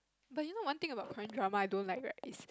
but you know one thing about Korean drama I don't like right it's